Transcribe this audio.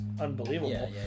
unbelievable